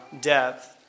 depth